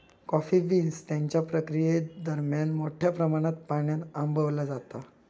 coffee beans त्यांच्या प्रक्रियेदरम्यान मोठ्या प्रमाणात पाण्यान आंबवला जाता